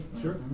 Sure